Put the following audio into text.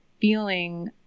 feeling